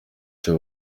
icyo